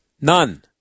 None